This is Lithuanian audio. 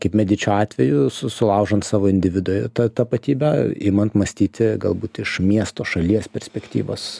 kaip medičio atveju su sulaužant savo individo ta tapatybę imant mąstyti galbūt iš miesto šalies perspektyvos